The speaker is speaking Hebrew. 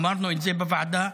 אמרנו את זה בוועדה,